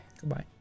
Goodbye